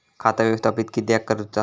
खाता व्यवस्थापित किद्यक करुचा?